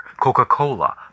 Coca-Cola